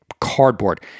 cardboard